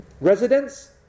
residents